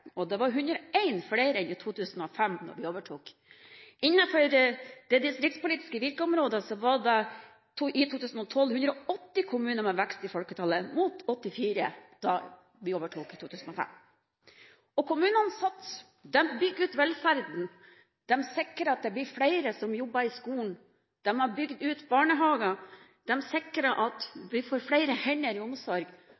Det var 101 flere enn i 2005 da vi overtok. Innenfor det distriktspolitiske virkeområdet var det i 2012 180 kommuner med vekst i folketallet, mot 84 da vi overtok i 2005. Kommunene satser, de bygger velferden, de sikrer at det blir flere som jobber i skolen, de har bygd ut barnehager, de sikrer